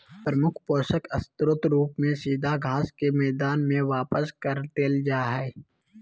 प्रमुख पोषक स्रोत रूप में सीधा घास के मैदान में वापस कर देल जा हइ